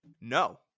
No